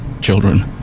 children